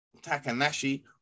Takanashi